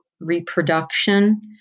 reproduction